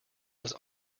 was